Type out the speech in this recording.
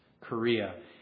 Korea